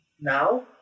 now